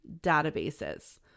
databases